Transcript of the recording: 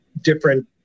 different